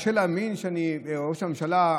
קשה להאמין לראש הממשלה.